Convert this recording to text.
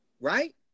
Right